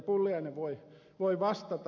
pulliainen voi vastata